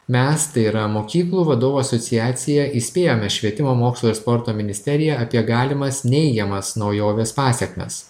mes tai yra mokyklų vadovų asociacija įspėjome švietimo mokslo ir sporto ministeriją apie galimas neigiamas naujovės pasekmes